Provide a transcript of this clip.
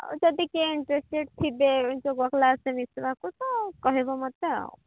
ଆଉ ଯଦି କିଏ ଇଣ୍ଟ୍ରେଷ୍ଟେଡ୍ ଥିବେ ଯୋଗ କ୍ଲାସରେ ମିଶିବାକୁ ତ କହିବ ମୋତେ ଆଉ